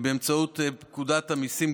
בבקשה,